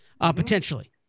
potentially